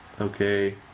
okay